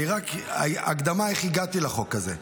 רק הקדמה איך הגעתי לחוק הזה.